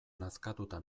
nazkatuta